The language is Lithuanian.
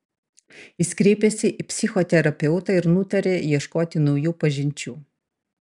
jis kreipėsi į psichoterapeutą ir nutarė ieškoti naujų pažinčių